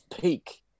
peak